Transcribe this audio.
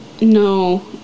No